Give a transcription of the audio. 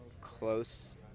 close